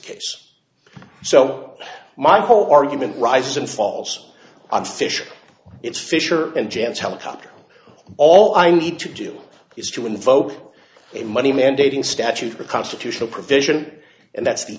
case so no my whole argument rises and falls on fish it's fisher and james helicopter all i need to do is to invoke a money mandating statute or constitutional provision and that's the